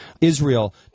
Israel